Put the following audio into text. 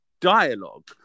dialogue